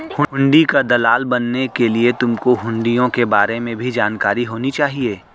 हुंडी का दलाल बनने के लिए तुमको हुँड़ियों के बारे में भी जानकारी होनी चाहिए